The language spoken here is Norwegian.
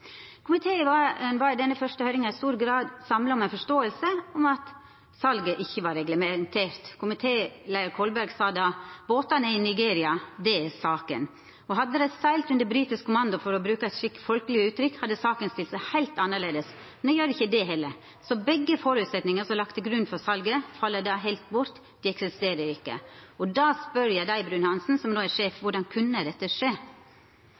Komiteen var i denne første høyringa i stor grad samla om ei forståing av at salet ikkje var reglementert. Komitéleiar Kolberg sa: «Nei, men båtene er i Nigeria, det er det som er saken. Og hadde de seilt under britisk kommando, for å bruke et slikt folkelig uttrykk, hadde saken stilt seg helt annerledes, men de gjør ikke det heller. Så begge de forutsetningene som var lagt til grunn for salget, faller helt bort, de eksisterer ikke . Og da spør jeg deg, Bruun-Hanssen, som nå er sjef: Hvordan kunne dette skje?»